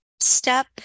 step